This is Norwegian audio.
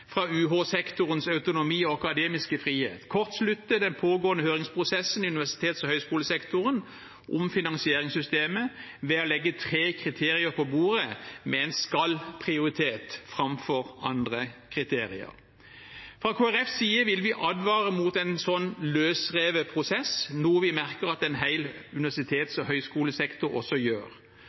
fra UH-sektorens autonomi og akademiske frihet og kortslutte den pågående høringsprosessen i universitets- og høyskolesektoren om finansieringssystemet ved å legge tre kriterier på bordet med en skal-prioritet framfor andre kriterier. Fra Kristelig Folkepartis side vil vi advare mot en slik løsrevet prosess, noe vi merker at en hel universitets- og høyskolesektor også gjør.